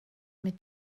mit